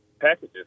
packages